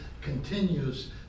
continues